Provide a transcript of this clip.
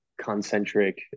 concentric